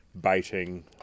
Baiting